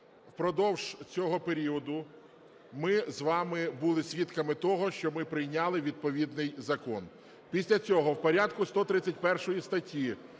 впродовж цього періоду ми з вами були свідками того, що ми прийняли відповідний закон. Після цього в порядку 131 статті